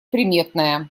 приметная